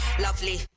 Lovely